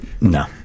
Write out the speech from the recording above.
no